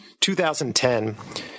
2010